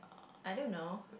I don't know